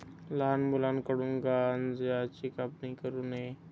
लहान मुलांकडून गांज्याची कापणी करू नये